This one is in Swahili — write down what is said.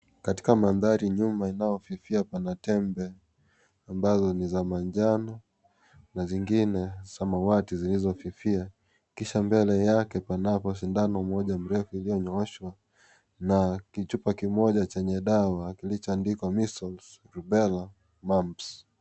Katika mandhari nyuma inaofifia pana tembe ambazo ni za manjano na zingine samawati zilizofifia kisha mbele yake panapo shindano moja mrefu iliyonyooshwa na kichupq kimoja chenye dawa kilichoandikwa, Measles, Rubella, Mumps.